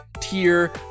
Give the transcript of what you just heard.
tier